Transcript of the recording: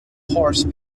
horse